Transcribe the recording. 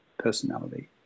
personality